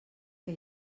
que